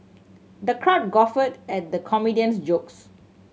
the crowd guffawed at the comedian's jokes